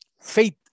Faith